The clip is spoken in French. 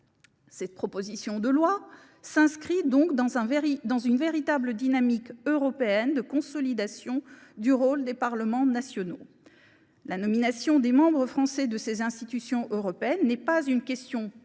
Cette proposition de loi s’inscrit donc dans une véritable dynamique européenne de consolidation du rôle des parlements nationaux. La nomination des membres français des institutions européennes n’est pas une question purement